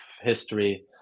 history